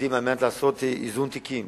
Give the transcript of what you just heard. הפקידים לעשות איזון תיקים.